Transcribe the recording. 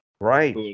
Right